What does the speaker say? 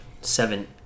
seven